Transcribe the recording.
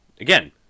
Again